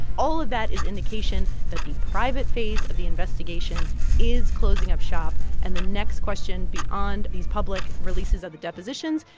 all of that is indication that the private phase of the investigation is closing up shop. and the next question beyond these public releases are the depositions,